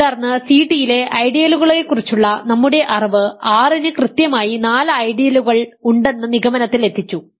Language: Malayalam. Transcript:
തുടർന്ന് സി ടിയിലെ ഐഡിയലുകളെക്കുറിച്ചുള്ള നമ്മുടെ അറിവ് R ന് കൃത്യമായി നാല് ഐഡിയലുകൾ ഉണ്ടെന്ന നിഗമനത്തിൽ എത്തിച്ചു